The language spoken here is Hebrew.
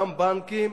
גם בנקים